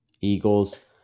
Eagles